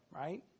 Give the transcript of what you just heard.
Right